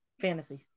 Fantasy